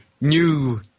new